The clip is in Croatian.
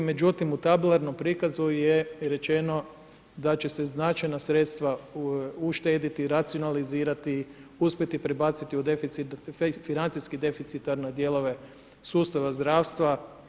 Međutim, u tabeliranom prikazu je rečeno da će se značajna sredstva uštediti, racionalizirati, uspjeti prebaciti u financijsko deficitarne dijelove sustave zdravstva.